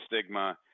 stigma